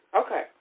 Okay